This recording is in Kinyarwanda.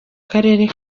karere